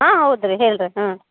ಹಾಂ ಹೌದು ರಿ ಹೇಳಿರಿ ಹಾಂ